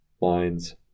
lines